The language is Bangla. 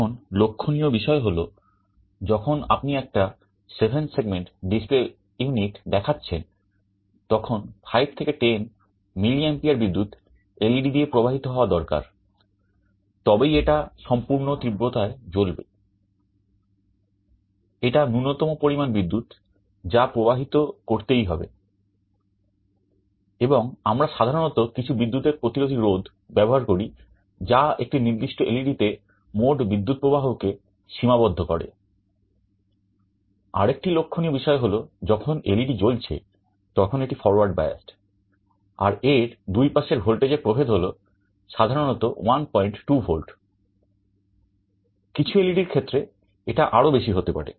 এখন লক্ষণীয় বিষয় হল যখন আপনি একটা সেভেন সেগমেন্ট ডিসপ্লে ইউনিট জ্বলছে তখন এটি forward biased আর এর দুই পাশের ভোল্টেজের প্রভেদ হল সাধারণত 12 ভোল্ট কিছু এলইডির ক্ষেত্রে এটা আরো বেশি হতে পারে